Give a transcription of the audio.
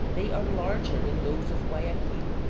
they are larger than those of guayaquil,